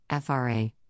FRA